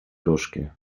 gorzkie